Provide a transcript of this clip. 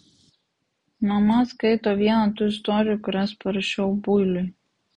mama skaito vieną tų istorijų kurias parašiau builiui